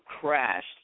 crashed